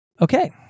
Okay